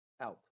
out